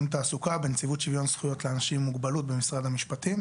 שוויון זכויות לאנשים עם מוגבלות במשרד המשפטים.